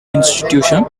institutions